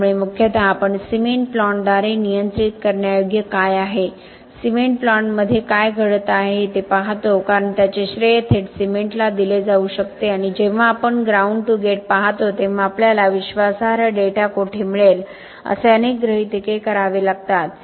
त्यामुळे मुख्यतः आपण सिमेंट प्लांटद्वारे नियंत्रित करण्यायोग्य काय आहे सिमेंट प्लांटमध्ये काय घडत आहे ते पाहतो कारण त्याचे श्रेय थेट सिमेंटला दिले जाऊ शकते आणि जेव्हा आपण ग्राउंड टू गेट पाहतो तेव्हा आपल्याला विश्वासार्ह डेटा कोठे मिळेल असे अनेक गृहितक करावे लागतात